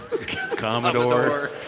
Commodore